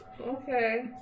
Okay